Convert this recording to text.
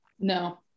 No